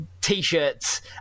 T-shirts